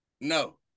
No